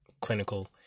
clinical